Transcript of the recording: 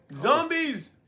Zombies